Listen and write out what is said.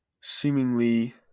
seemingly